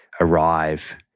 arrive